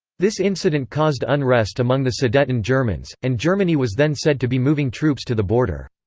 this incident caused unrest among the sudeten germans, and germany was then said to be moving troops to the border.